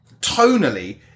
tonally